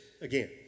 again